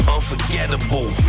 Unforgettable